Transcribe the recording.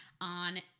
on